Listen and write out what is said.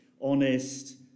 honest